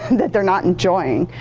that they're not enjoying.